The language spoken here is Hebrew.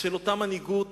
של אותה מנהיגות